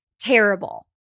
terrible